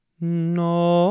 no